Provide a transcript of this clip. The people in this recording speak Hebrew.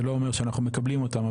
זה לא אומר שאנחנו מקבלים אותם,